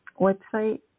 website